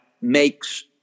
makes